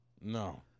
no